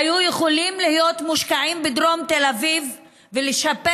היו יכולים להיות מושקעים בדרום תל אביב כדי לשפר